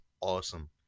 awesome